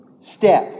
step